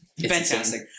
Fantastic